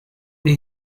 did